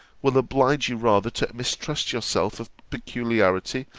will oblige you rather to mistrust yourself of peculiarity,